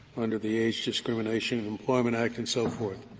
under the age discrimination and employment act and so forth.